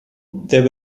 there